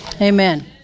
Amen